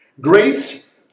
grace